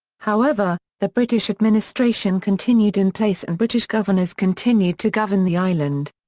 however, the british administration continued in place and british governors continued to govern the island.